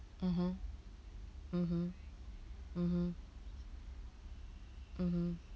mmhmm mmhmm mmhmm mmhmm